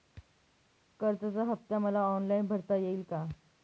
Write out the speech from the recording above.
कर्जाचा हफ्ता मला ऑनलाईन भरता येईल का?